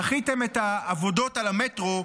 דחיתם את העבודות על המטרו,